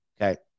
Okay